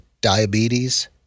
diabetes